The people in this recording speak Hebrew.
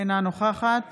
אינה נוכחת